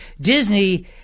Disney